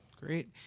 Great